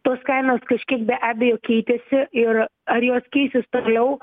tos kainos kažkiek be abejo keitėsi ir ar jos keisis toliau